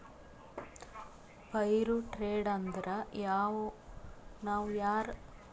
fire trade ಅಂದುರ್ ನಾವ್ ಯಾರ್ ಕೈಲೆ ಕೆಲ್ಸಾ ಮಾಡುಸ್ಗೋತಿವ್ ಅವ್ರಿಗ ಛಲೋ ಪಗಾರ್ ಕೊಡೋದು